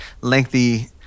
lengthy